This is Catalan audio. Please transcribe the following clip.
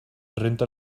renta